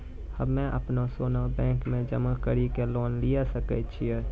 हम्मय अपनो सोना बैंक मे जमा कड़ी के लोन लिये सकय छियै?